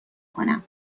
کنم